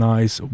Nice